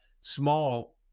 small